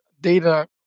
data